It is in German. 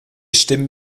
stimmen